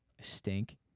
stink